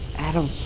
adam,